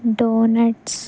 donuts